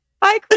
Bye